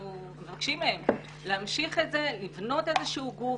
אנחנו מבקשים מהם להמשיך את זה, לבנות איזשהו גוף,